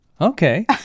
Okay